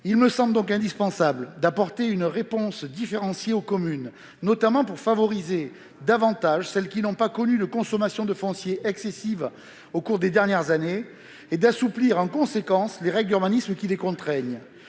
Il me semble donc indispensable d'apporter une réponse différenciée aux communes, notamment pour favoriser davantage celles qui n'ont pas connu de consommation de foncier excessive au cours des dernières années, et d'assouplir en conséquence les règles d'urbanisme qui les contraignent.